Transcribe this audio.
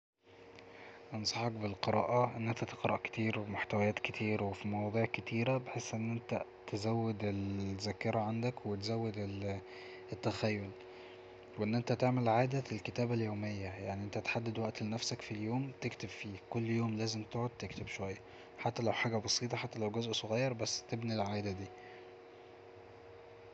أنصحك بالقرائة إن انت تقرأ كتير ومحتويات كتير وفي مواضيع كتيرة بحيث أن انت تزود الذاكرة عندك وتزود التخيل وان انت تعمل عادة الكتابة اليومية يعني انت تحدد وقت لنفسك في اليوم تكتب فيه كل يوم لازم تقعد تكتب شوية حتى لو حاجة بسيطة حتى لو جزء صغير بس تبني العادة دي